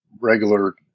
regular